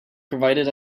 provided